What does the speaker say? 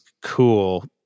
cool